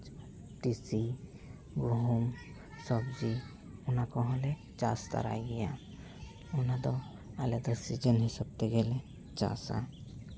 ᱛᱤᱥᱤ ᱜᱩᱦᱩᱢ ᱥᱚᱵᱽᱡᱤ ᱚᱱᱟ ᱠᱚᱦᱚᱞᱮ ᱪᱟᱥ ᱛᱟᱨᱟᱭ ᱜᱮᱭᱟ ᱚᱱᱟ ᱫᱚ ᱟᱞᱮ ᱫᱚ ᱥᱤᱡᱤᱱ ᱦᱤᱥᱟᱹᱵ ᱛᱮᱜᱮᱞᱮ ᱪᱟᱥᱟ